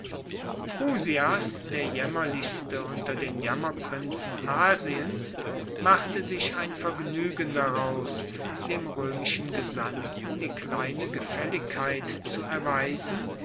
prusias der jaemmerlichste unter den jammerprinzen asiens machte sich ein vergnuegen daraus dem roemischen gesandten die kleine gefaelligkeit zu erweisen